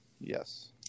Yes